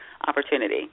opportunity